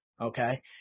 okay